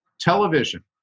television